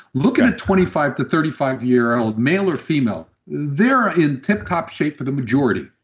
look at at twenty five to thirty five year old male or female. they're in tip-top shape for the majority.